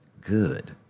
good